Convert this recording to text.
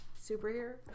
superhero